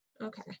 Okay